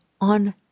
on